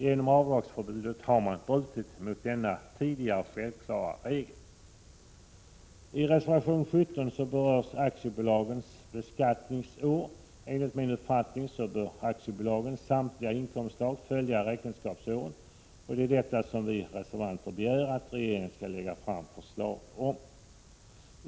Genom förbudet mot avdrag har man brutit mot denna tidigare självklara regel. I reservation 17 berörs aktiebolags beskattningsår. Enligt min uppfattning gares pensionsförsäkringspremier har utskottet vid upprepade tillfällen Ö ttnings HOregsbeskalsnines pekat på att den övre gränsen vid beräkning av ATP-avgift numera slopats frågor m.m. ia ; bör aktiebolagens samtliga inkomstslag följa räkenskapsåret, och det är detta som vi reservanter begär att regeringen skall lägga fram förslag om.